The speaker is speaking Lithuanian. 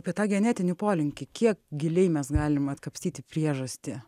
apie tą genetinį polinkį kiek giliai mes galim atkapstyti priežastį